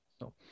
No